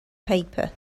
paper